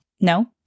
No